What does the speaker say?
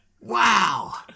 Wow